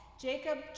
Jacob